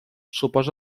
suposa